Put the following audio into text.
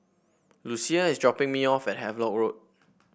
Lucia is dropping me off at Havelock Road